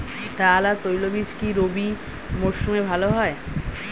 ডাল আর তৈলবীজ কি রবি মরশুমে ভালো হয়?